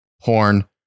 porn